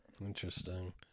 Interesting